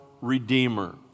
Redeemer